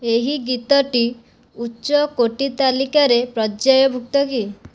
ଏହି ଗୀତଟି ଉଚ୍ଚକୋଟି ତାଲିକାରେ ପର୍ଯ୍ୟାୟ ଭୁକ୍ତ କି